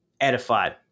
edified